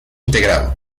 integrado